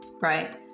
right